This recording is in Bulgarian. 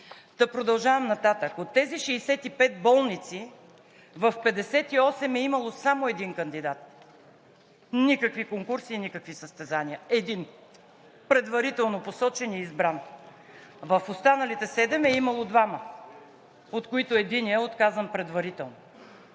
Та продължавам нататък! От тези 65 болници в 58 е имало само един кандидат – никакви конкурси, никакви състезания! Един! Предварително посочен и избран! В останалите седем е имало двама, от които единият е отказан предварително.